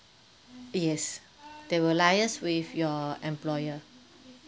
yes they will liaise with your employer